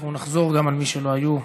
אנחנו נחזור גם אל מי שלא היו.